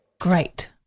Great